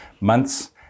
months